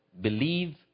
believe